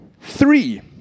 three